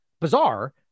bizarre